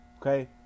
Okay